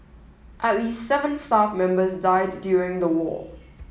at least seven staff members died during the war